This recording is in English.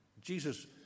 Jesus